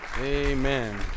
Amen